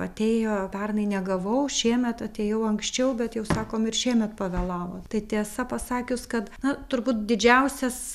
atėjo pernai negavau šiemet atėjau anksčiau bet jau sakom ir šiemet pavėlavo tai tiesa pasakius kad na turbūt didžiausias